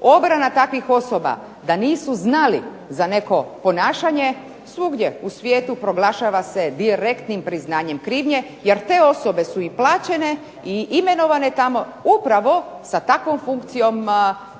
Obrana takvih osoba da nisu znali za neko ponašanje svugdje u svijetu proglašava se direktnim priznanjem krivnje jer te osobe su i plaćene i imenovane tamo upravo sa takvom funkcijom